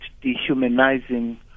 dehumanizing